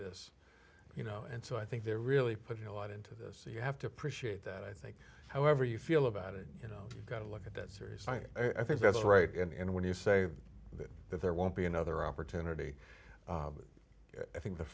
this you know and so i think they're really putting a lot into this you have to appreciate that i think however you feel about it you know you've got to look at that seriously i i think that's right and when you say that there won't be another opportunity i think the